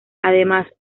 además